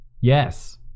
Yes